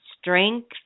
strength